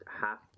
half